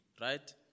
right